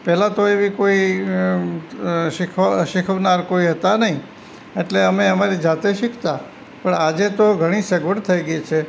પહેલાં તો એવી કોઈ શીખવનાર કોઈ હતા નહીં અટલે અમે અમારી જાતે શીખતા પણ આજે તો ઘણી સગવડ થઈ ગઈ છે